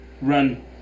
Run